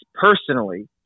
personally